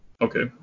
Okay